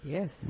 Yes